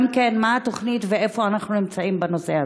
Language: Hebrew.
גם כאן, מה התוכנית ואיפה אנחנו נמצאים בנושא הזה?